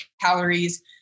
calories